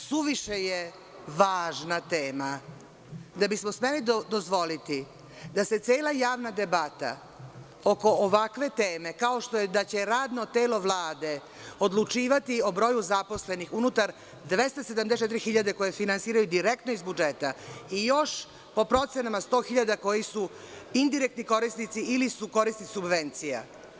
Suviše je važna tema da bismo smeli dozvoliti da se cela javna debata oko ovakve teme kao što je da će radno telo Vlade odlučivati o broju zaposlenih unutar 274 hiljade koje se finansiraju direktno iz budžeta i još po procenama 100 hiljada koji su indirektni korisnici ili su korisnici subvencija.